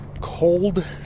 cold